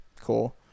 Cool